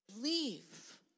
leave